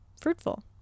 fruitful